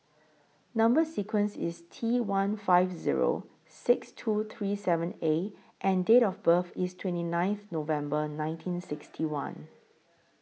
Number sequence IS T one five Zero six two three seven A and Date of birth IS twenty ninth November nineteen sixty one